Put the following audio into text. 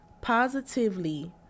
positively